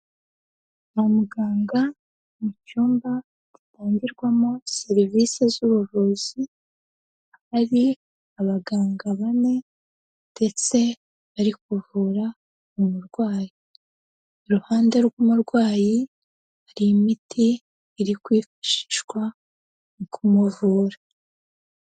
Kwa muganga mu cyumba gitangirwamo serivisi z'ubuvuzi hari abaganga bane ndetse bari kuvura umurwayi. Iruhande rw'umurwayi hari imiti iri kwishishwa mu kumuvura.